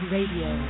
Radio